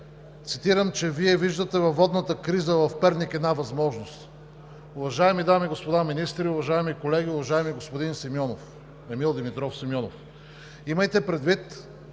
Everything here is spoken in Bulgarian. цитирам, че Вие виждате във водната криза в Перник една възможност. Уважаеми дами и господа министри, уважаеми колеги, уважаеми господин Емил Димитров